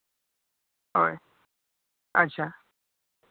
ᱦᱳᱭ ᱟᱪᱪᱷᱟ